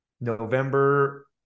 November